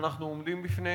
שאנחנו עומדים בפניהן,